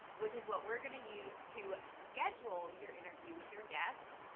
which is what we're going to use to schedule your interview with your guest.